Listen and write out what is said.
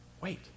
wait